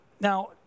Now